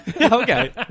Okay